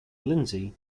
lindsay